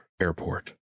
Airport